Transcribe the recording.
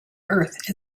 earth